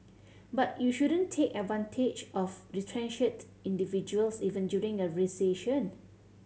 but you shouldn't take advantage of retrenched individuals even during a recession